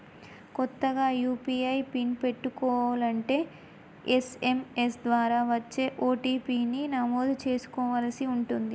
కొత్తగా UPI pin పెట్టుకోలంటే SMS ద్వారా వచ్చే ఓ.టీ.పీ ని నమోదు చేసుకోవలసి ఉంటుంది